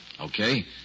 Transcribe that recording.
Okay